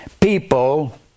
people